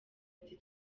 ati